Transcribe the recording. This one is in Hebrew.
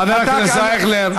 חבר הכנסת אייכלר.